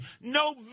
no